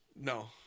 No